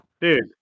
Dude